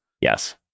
Yes